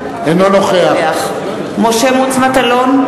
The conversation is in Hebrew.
אינו נוכח משה מטלון,